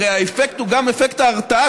הרי האפקט הוא גם אפקט ההרתעה,